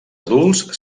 adults